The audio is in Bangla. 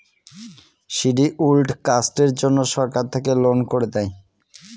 শিডিউল্ড কাস্টের জন্য সরকার থেকে লোন করে দেয়